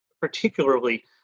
particularly